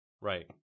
Right